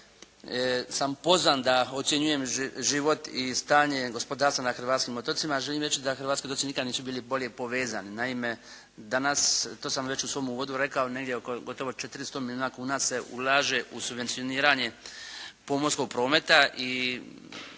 sam pozvan da ocjenjujem život i stanje gospodarstva na hrvatskim otocima, želim reći da hrvatski otoci nikad nisu bolje povezani. Naime, danas, to sam već u svom uvodu rekao, negdje oko gotovo 400 milijuna kuna se ulaže u subvencioniranje pomorskog prometa i